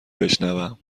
بشنوم